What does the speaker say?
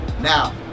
Now